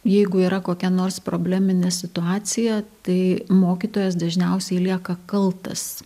jeigu yra kokia nors probleminė situacija tai mokytojas dažniausiai lieka kaltas